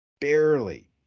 barely